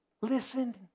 listen